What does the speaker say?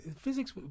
physics